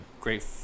great